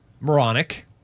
Moronic